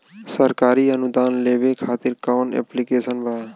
सरकारी अनुदान लेबे खातिर कवन ऐप्लिकेशन बा?